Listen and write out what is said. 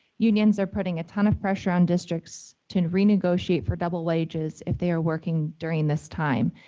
unions are putting a ton of pressure on districts to renegotiate for double wages, if they are working during this time.